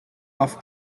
off